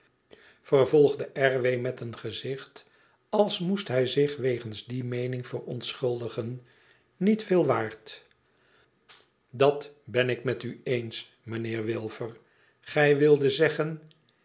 vervolgde r w met een gezicht als moest hij zich wegens die meening verontschuldigen niet veel waard idat ben ik met u eens mijnheer wilfer gij wildet zeggen